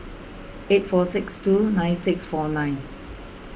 eight four six two nine six four nine